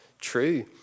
true